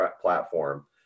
platform